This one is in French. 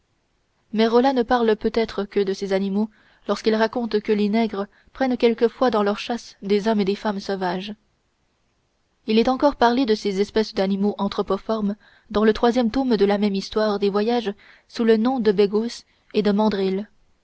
merolla ne parle peut-être que de ces animaux lorsqu'il raconte que les nègres prennent quelquefois dans leurs chasses des hommes et des femmes sauvages il est encore parlé de ces espèces d'animaux anthropoformes dans le troisième tome de la même histoire des voyages sous le nom de beggos et